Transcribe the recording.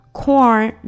corn